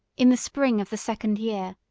in the spring of the second year,